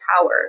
power